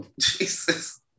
Jesus